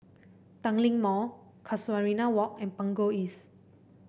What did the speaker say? Tanglin Mall Casuarina Walk and Punggol East